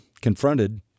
confronted